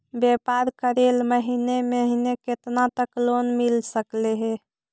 व्यापार करेल महिने महिने केतना तक लोन मिल सकले हे?